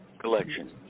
Collection